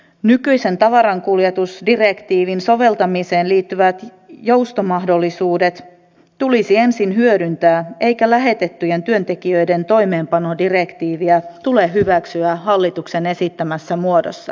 nykyisen tavarankuljetusdirektiivin soveltamiseen liittyvät joustomahdollisuudet tulisi ensin hyödyntää eikä lähetettyjen työntekijöiden toimeenpanodirektiiviä tule hyväksyä hallituksen esittämässä muodossa